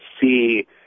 see